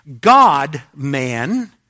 God-man